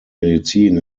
medizin